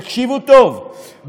תקשיבו טוב,